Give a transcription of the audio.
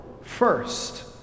first